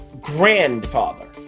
grandfather